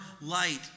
light